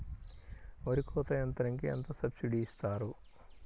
వరి కోత యంత్రంకి ఎంత సబ్సిడీ ఇస్తారు?